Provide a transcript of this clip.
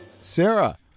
Sarah